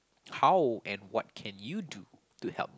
how and what can you do to help them